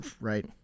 Right